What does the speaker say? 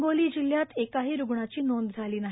हिंगोली जिल्ह्यात एकाही रुग्णाची नोंद झाली नाही